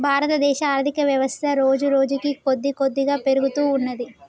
భారతదేశ ఆర్ధికవ్యవస్థ రోజురోజుకీ కొద్దికొద్దిగా పెరుగుతూ వత్తున్నది